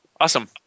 Awesome